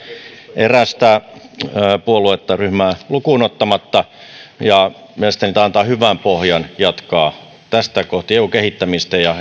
erästä ryhmää lukuun ottamatta ja mielestäni tämä antaa hyvän pohjan jatkaa tästä kohti eun kehittämistä ja